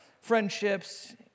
friendships